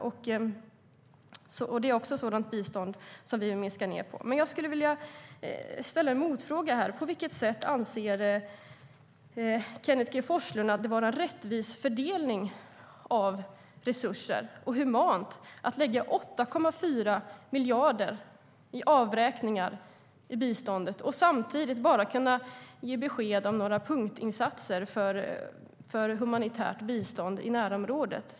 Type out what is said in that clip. Även sådant bistånd vill vi minska på. Jag skulle vilja ställa en motfråga. På vilket sätt anser Kenneth G Forslund det vara en rättvis fördelning av resurser och humant att lägga 8,4 miljarder på avräkningar i biståndet och samtidigt bara kunna ge besked om några punktinsatser för humanitärt bistånd i närområdet?